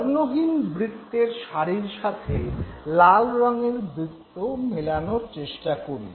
বর্ণহীন বৃত্তের সারির সাথে লাল রঙের বৃত্ত মেলানোর চেষ্টা করি